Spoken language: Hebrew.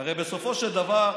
הרי בסופו של דבר,